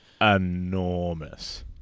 enormous